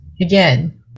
again